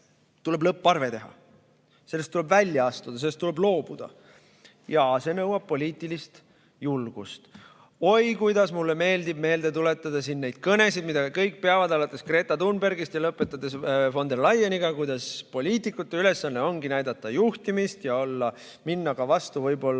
tuleb lõpparve teha. Sellest tuleb välja astuda, sellest tuleb loobuda. Ja see nõuab poliitilist julgust. Oi, kuidas mulle meeldib meelde tuletada neid kõnesid, mida kõik peavad, alates Greta Thunbergist ja lõpetades von der Leyeniga, kuidas poliitikute ülesanne ongi näidata juhtimist ja minna võib-olla